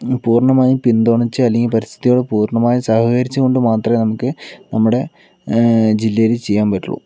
പൂർണമായും പിന്തുണച്ചാലേ അല്ലെങ്കിൽ പരിസ്ഥിതി പൂർണമായും സഹകരിച്ചു കൊണ്ടുമാത്രമേ നമുക്ക് നമ്മുടെ ജില്ലയിൽ ചെയ്യാൻ പറ്റുള്ളൂ